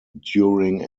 during